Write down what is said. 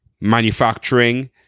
manufacturing